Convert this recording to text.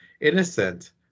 innocent